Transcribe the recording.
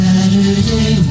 Saturday